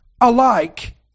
alike